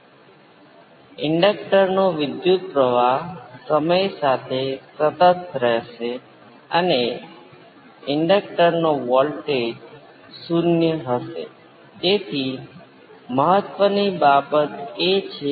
તેથી આ ફેઝના બદલાવની માત્રા છે અને આ પરિબળ છે જેના દ્વારા એમ્પ્લિટ્યુડ બદલાય છે જેથી તે સ્પષ્ટ રીતે સર્કિટ તેમજ ફ્રિક્વન્સી પર આધાર રાખે છે